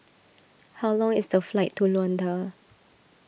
how long is the flight to Luanda